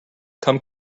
come